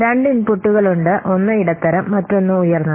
രണ്ട് ഇൻപുട്ടുകൾ ഉണ്ട് ഒന്ന് ഇടത്തരം മറ്റൊന്ന് ഉയർന്നത്